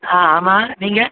ஆ ஆமாம் நீங்கள்